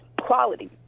quality